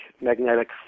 magnetic